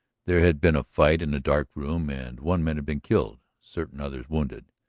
there had been a fight in a dark room and one man had been killed, certain others wounded.